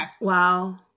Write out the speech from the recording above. wow